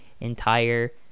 entire